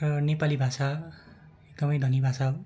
नेपाली भाषा एकदमै धनी हो